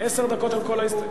עשר דקות על כל ההסתייגויות?